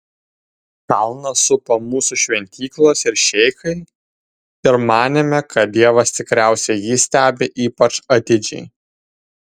kalną supo mūsų šventyklos ir šeichai ir manėme kad dievas tikriausiai jį stebi ypač atidžiai